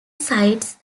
sights